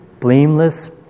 blameless